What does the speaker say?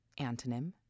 Antonym